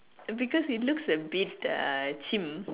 because it looks a bit uh cheem